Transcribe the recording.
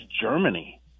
Germany